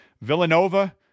Villanova